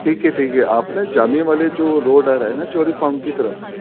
ٹھیک ہے ٹھیک ہے آپ نا جامعہ والے جو روڈ آ رہا ہے نا جوہری فام کی طرف